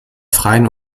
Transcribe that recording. freien